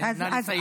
אז נא לסיים.